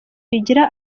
rigira